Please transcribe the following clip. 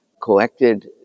collected